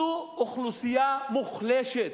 זו אוכלוסייה מוחלשת.